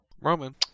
roman